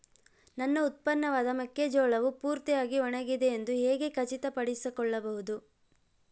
ನನ್ನ ಉತ್ಪನ್ನವಾದ ಮೆಕ್ಕೆಜೋಳವು ಪೂರ್ತಿಯಾಗಿ ಒಣಗಿದೆ ಎಂದು ಹೇಗೆ ಖಚಿತಪಡಿಸಿಕೊಳ್ಳಬಹುದು?